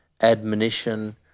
admonition